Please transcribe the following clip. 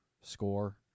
score